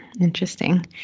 Interesting